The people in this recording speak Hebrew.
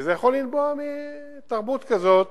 וזה יכול לנבוע מתרבות כזאת